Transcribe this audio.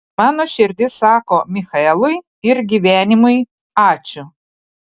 mano širdis sako michaelui ir gyvenimui ačiū